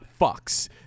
fucks